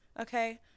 okay